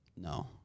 No